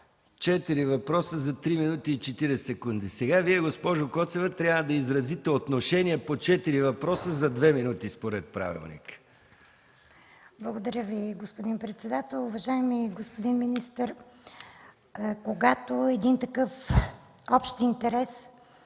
четири въпроса за 3 мин. и 40 секунди. Сега Вие, госпожо Коцева, трябва да изразите отношение по четири въпроса за две минути, според правилника. ИРЕНА КОЦЕВА (ГЕРБ): Благодаря Ви, господин председател. Уважаеми господин министър, когато има един такъв общ интерес,